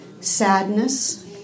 sadness